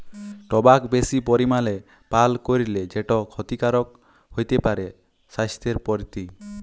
টবাক বেশি পরিমালে পাল করলে সেট খ্যতিকারক হ্যতে পারে স্বাইসথের পরতি